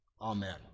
Amen